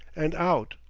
and out.